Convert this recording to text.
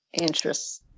interests